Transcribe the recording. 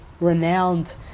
renowned